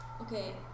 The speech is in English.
Okay